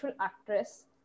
actress